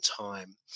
time